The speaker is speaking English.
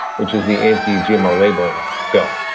which is the anti-gmo labeling bill,